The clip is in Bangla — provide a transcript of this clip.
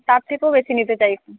তার থেকেও বেশি নিতে চাইছি